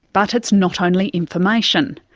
but it's not only information.